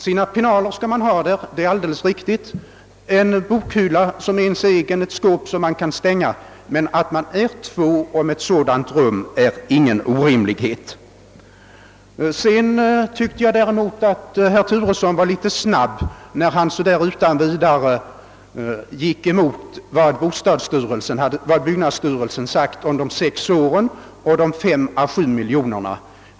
Sina pinaler skall man kunna förvara i rummet i sin egen bokhylla eller i ett skåp som man kan låsa. Men att man är två om ett sådant rum är ingen orimlighet. Jag tycker att herr Turesson var lite kvick i vändningarna när han utan vidare gick emot vad byggnadsstyrelsen sagt om de sex åren och om de fem å sju miljonerna.